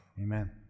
Amen